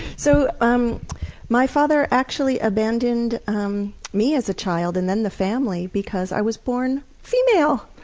so, um my father actually abandoned um me as a child and then the family, because i was born female!